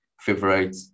favorite